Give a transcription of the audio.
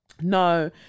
no